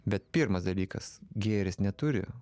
bet pirmas dalykas gėris neturi